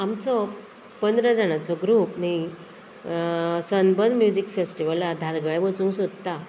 आमचो पंदरा जाणांचो ग्रूप न्ही सनबर्न म्युजीक फेस्टिवला धारगळे वचूंक सोदता